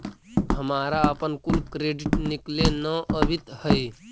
हमारा अपन कुल क्रेडिट निकले न अवित हई